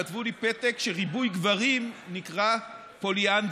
כתבו לי פתק שריבוי גברים נקרא פוליאנדריה.